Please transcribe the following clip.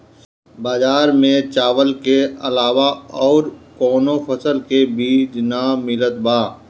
बजार में चावल के अलावा अउर कौनो फसल के बीज ना मिलत बा